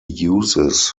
uses